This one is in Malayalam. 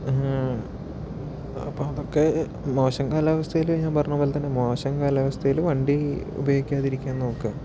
അപ്പോൾ അതൊക്കെ മോശം കാലാവസ്ഥയിൽ ഞാൻ പറഞ്ഞപോലെ തന്നെ മോശം കാലാവസ്ഥയിൽ വണ്ടി ഉപയോഗിക്കാതിരിക്കാൻ നോക്കുക